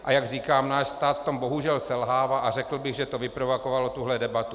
A jak říkám, náš stát v tom bohužel selhává a řekl bych, že to vyprovokovalo tuhle debatu.